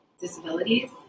disabilities